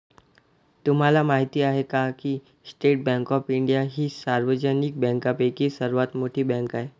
तुम्हाला माहिती आहे का की स्टेट बँक ऑफ इंडिया ही सार्वजनिक बँकांपैकी सर्वात मोठी बँक आहे